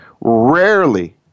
rarely